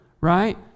right